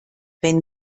wenn